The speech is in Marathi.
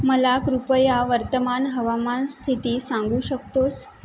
मला कृपया वर्तमान हवामान स्थिती सांगू शकतोस